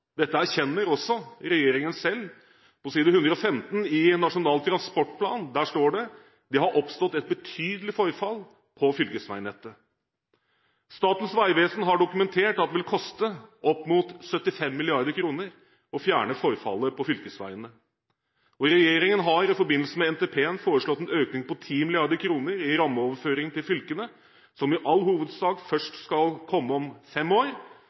Dette erkjenner også regjeringen selv. På side 115 i Nasjonal transportplan står det: «Det har oppstått et betydelig forfall på fylkesvegnettet.» Statens vegvesen har dokumentert at det vil koste opp mot 75 mrd. kr å fjerne forfallet på fylkesveiene. Regjeringen har i forbindelse med NTP foreslått en økning på 10 mrd. kr i rammeoverføringene til fylkene, som i all hovedsak først skal komme om fem år